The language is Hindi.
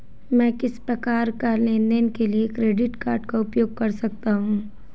मैं किस प्रकार के लेनदेन के लिए क्रेडिट कार्ड का उपयोग कर सकता हूं?